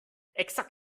exakt